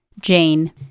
Jane